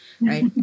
Right